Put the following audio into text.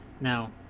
Now